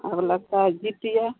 और लगता है जीतिया